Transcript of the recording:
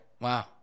Wow